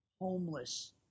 homeless